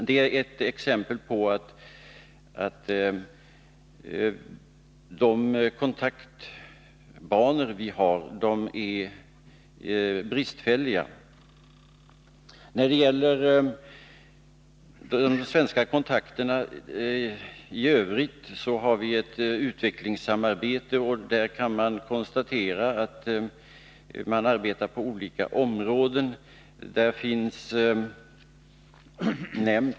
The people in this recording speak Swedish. Detta är ett exempel på att de kontaktbanor vi har är bristfälliga. När det gäller de svenska kontakterna i övrigt, så har vi ett utvecklingssamarbete. Vi kan konstatera att man arbetar på olika områden.